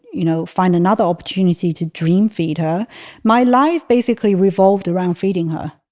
you know, find another opportunity to dream feed her my life basically revolved around feeding her